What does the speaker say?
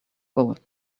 gold